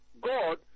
God